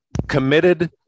committed